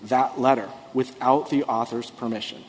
that letter without the author's permission